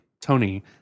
Tony